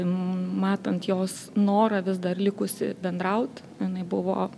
matant jos norą vis dar likusį bendraut jinai buvo